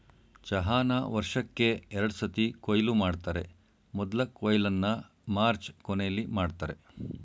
ಚಹಾನ ವರ್ಷಕ್ಕೇ ಎರಡ್ಸತಿ ಕೊಯ್ಲು ಮಾಡ್ತರೆ ಮೊದ್ಲ ಕೊಯ್ಲನ್ನ ಮಾರ್ಚ್ ಕೊನೆಲಿ ಮಾಡ್ತರೆ